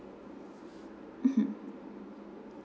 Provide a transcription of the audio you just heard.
mmhmm